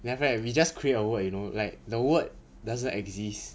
then after that we just create a word you know like the word doesn't exist